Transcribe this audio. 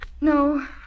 No